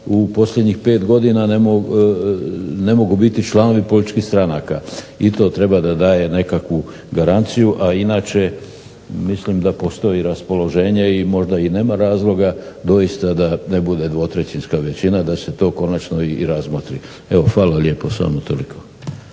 u posljednjih 5 godina ne mogu biti članovi političkih stranaka. I to treba da daje nekakvu garanciju, a inače mislim da postoji raspoloženje i možda i nema razloga doista da ne bude dvotrećinska većina, da se to konačno i razmotri. Evo hvala lijepo. Samo toliko.